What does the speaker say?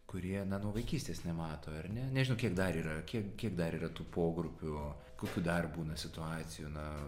kurie na nuo vaikystės nemato ar ne nežinau kiek dar yra kiek kiek dar yra tų pogrupių kokių dar būna situacijų na